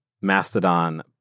Mastodon